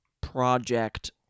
Project